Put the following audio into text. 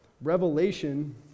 Revelation